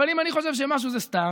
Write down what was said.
אבל אם אני חושב שמשהו זה סתם,